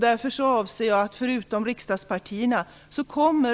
Därför kommer, förutom riksdagspartierna,